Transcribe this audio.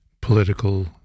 political